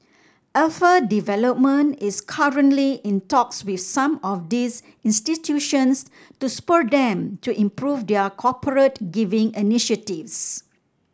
Alpha Development is currently in talks with some of these institutions to spur them to improve their corporate giving initiatives